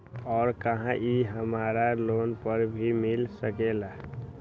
और का इ हमरा लोन पर भी मिल सकेला?